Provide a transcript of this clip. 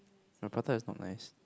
no prata is not nice